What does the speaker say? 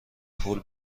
پول